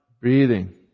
Breathing